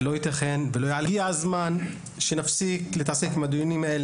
לא יעלה על הדעת שמצב החינוך לא מתקדם.